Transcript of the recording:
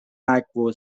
akvo